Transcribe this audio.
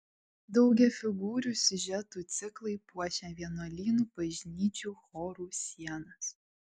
daugiafigūrių siužetų ciklai puošė vienuolynų bažnyčių chorų sienas